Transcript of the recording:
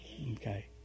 Okay